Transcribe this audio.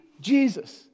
Jesus